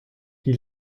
die